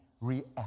react